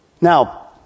Now